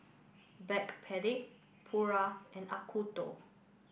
Backpedic Pura and Acuto